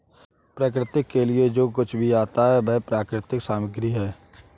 प्रकृति के लिए जो कुछ भी आता है वह प्राकृतिक सामग्री है